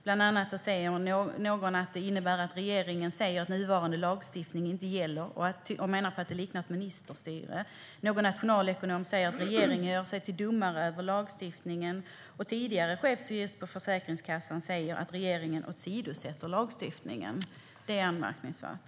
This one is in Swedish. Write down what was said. Bland annat säger någon att det innebär att regeringen säger att nuvarande lagstiftning inte gäller och menar att det liknar ministerstyre. Någon nationalekonom säger att regeringen gör sig till domare över lagstiftningen, och tidigare chefsjurist på Försäkringskassan säger att regeringen åsidosätter lagstiftningen. Detta är anmärkningsvärt.